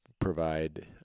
provide